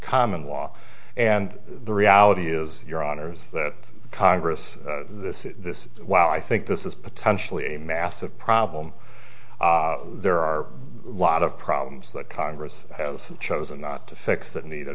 common law and the reality is your honour's that congress this is this why i think this is potentially a massive problem there are a lot of problems that congress has chosen not to fix that need